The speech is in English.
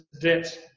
debt